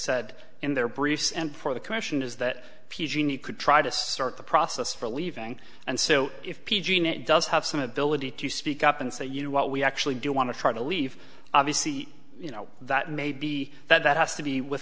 said in their briefs and for the question is that p g need could try to start the process for leaving and so if p g in it does have some ability to speak up and say you know what we actually do want to try to leave obviously you know that may be that has to be with